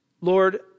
Lord